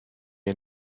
and